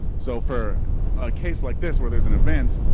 so for a case like this where there's an event,